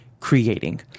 creating